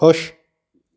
ਖੁਸ਼